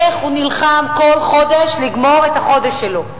איך הוא נלחם כל חודש לגמור את החודש שלו?